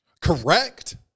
Correct